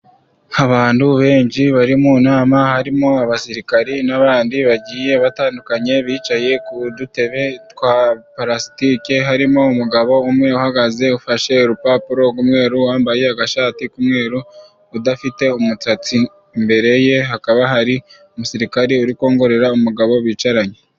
Abantu benshi bari mu nama harimo abasirikari n'abandi bagiye batandukanye, bicaye ku dutebe twa purasitike harimo umugabo umwe uhagaze ufashe urupapuro rw'umweru wambaye agashati k'umweru udafite umusatsi. Imbere ye hakaba hari umusirikare urikongorera umugabo bicaranye.